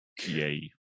Yay